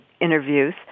interviews